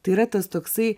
tai yra tas toksai